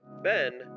Ben